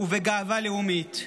ובגאווה לאומית.